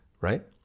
right